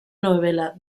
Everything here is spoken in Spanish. novela